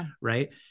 right